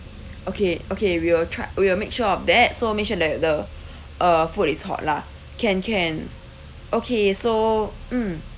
okay okay we will try we will make sure of that so make sure that the uh food is hot lah can can okay so mm